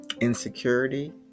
insecurity